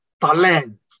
talent